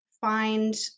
find